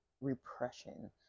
repression